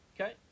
Okay